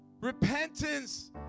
Repentance